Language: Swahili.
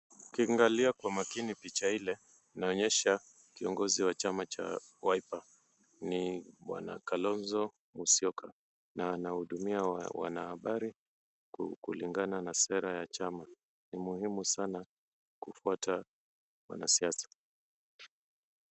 Ukiangalia kwa makini picha ile inaonyesha kiongozi wa chama cha Wiper ni bwana Kalonzo Musiyoka na anahudumia wanahabari kulingana na sera ya chama ni muhimu sana kufuata wanasiasa.